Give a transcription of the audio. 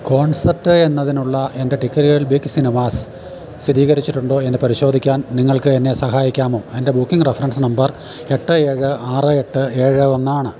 concert എന്നതിനുള്ള എൻ്റെ ടിക്കറ്റുകൾ ബിഗ് സിനിമാസ് സ്ഥിരീകരിച്ചിട്ടുണ്ടോയെന്ന് പരിശോധിക്കാൻ നിങ്ങൾക്കെന്നെ സഹായിക്കാമോ എന്റെ ബുക്കിംഗ് റഫറൻസ് നമ്പർ എട്ട് ഏഴ് ആറ് എട്ട് ഏഴ് ഒന്ന് ആണ്